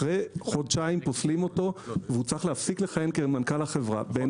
אחרי חודשיים פוסלים אותו וצריך להפסיק לכהן כמנכ"ל בחברה- -- לא,